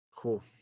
cool